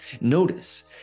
notice